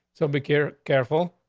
so big here. careful,